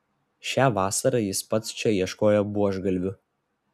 šią vasarą jis pats čia ieškojo buožgalvių